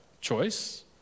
choice